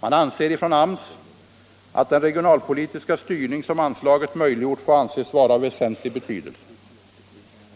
Arbetsmarknadsstyrelsen anser att den regionalpolitiska styrning som anslaget möjliggjort får anses vara av väsentlig betydelse.